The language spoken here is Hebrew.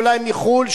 אולי מחו"ל,